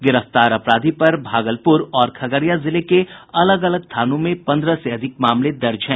गिरफ्तार अपराधी पर भागलपुर और खगड़िया जिले के अलग अलग थानों में पन्द्रह से अधिक मामले दर्ज हैं